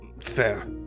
Fair